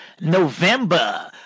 November